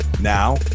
Now